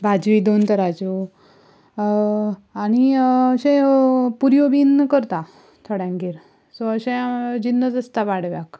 भाजी दोन तरांच्यो आनी अशें पुऱ्यो बी करता थोड्यांगेर सो अशे जिनस आसता पाडव्याक